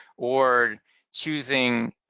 or choosing